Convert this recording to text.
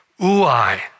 Uai